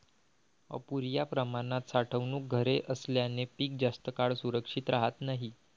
अपुर्या प्रमाणात साठवणूक घरे असल्याने पीक जास्त काळ सुरक्षित राहत नाही